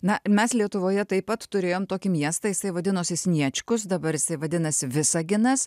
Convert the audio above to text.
na mes lietuvoje taip pat turėjom tokį miestą jisai vadinosi sniečkus dabar jis vadinasi visaginas